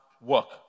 work